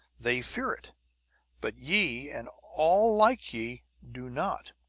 they fear it but ye, and all like ye, do not.